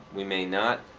we may not.